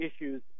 issues